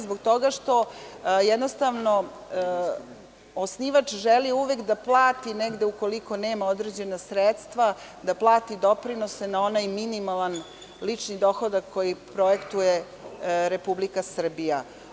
Zbog toga što jednostavno osnivač uvek želi da plati, ukoliko nema određena sredstva, doprinose na onaj minimalan lični dohodak koji projektuje Republika Srbija.